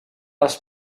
les